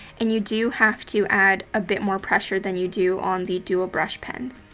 and you do have to add a bit more pressure than you do on the dual brush pens.